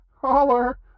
holler